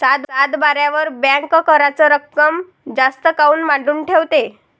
सातबाऱ्यावर बँक कराच रक्कम जास्त काऊन मांडून ठेवते?